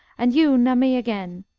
and you na me again.